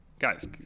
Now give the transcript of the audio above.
guys